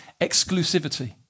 exclusivity